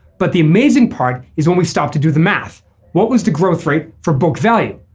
but the amazing part is when we start to do the math what was the growth rate for book value.